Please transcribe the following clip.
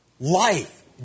Life